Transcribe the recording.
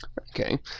Okay